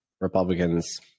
Republicans